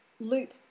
loop